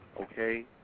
Okay